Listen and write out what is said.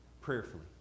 prayerfully